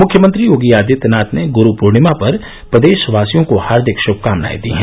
मुख्यमंत्री योगी आदित्यनाथ ने गुरू पूर्णिमा पर प्रदेशवासियों को हार्दिक श्मकामनाएं दी हैं